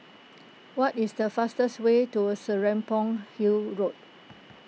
what is the fastest way to Serapong Hill Road